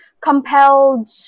compelled